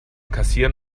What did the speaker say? kassieren